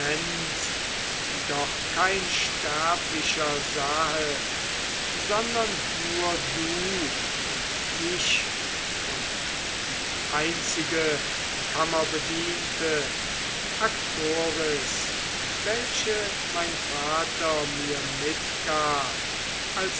die doch kein sterblicher sahe sondern nur du und ich und die einzige kammerbediente aktoris welche mein vater mir mitgab